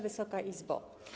Wysoka Izbo!